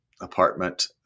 apartment